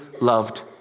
loved